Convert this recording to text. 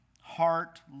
heart